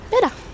better